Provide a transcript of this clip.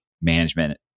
management